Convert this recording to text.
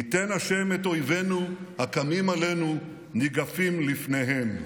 ייתן השם את אויבינו הקמים עלינו ניגפים לפניהם".